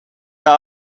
mehr